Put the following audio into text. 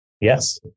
yes